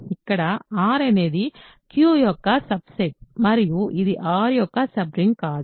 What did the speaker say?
ఇక్కడ R అనేది Q యొక్క సబ్ సెట్ మరియు ఇది R యొక్క సబ్ రింగ్ కాదు